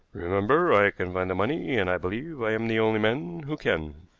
remember i can find the money, and i believe i am the only man who can.